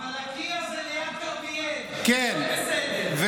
אבל לקיה זה ליד כרמיאל, הכול בסדר.